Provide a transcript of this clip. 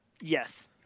Yes